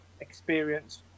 experience